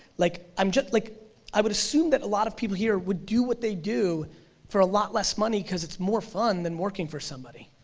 like um like i would assume that a lot of people here would do what they do for a lot less money because it's more fun than working for somebody.